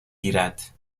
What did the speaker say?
گیرد